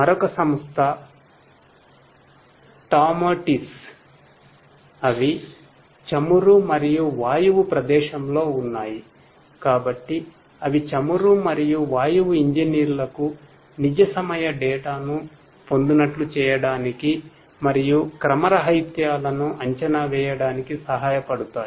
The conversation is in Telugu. మరొక సంస్థ టౌమెటిస్ ను పొందు నట్లు చేయడానికి మరియు క్రమరాహిత్యాలను అంచనా వేయడానికి సహాయపడతాయి